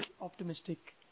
optimistic